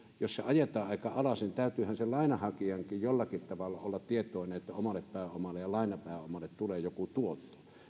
jos se ajetaan aika alas niin täytyyhän sen lainanhakijankin jollakin tavalla olla tietoinen että omalle pääomalle ja lainapääomalle tulee joku